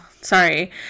Sorry